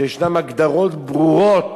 שישנן הגדרות ברורות